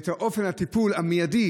ואת אופן הטיפול המיידי,